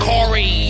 Corey